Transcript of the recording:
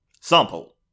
sample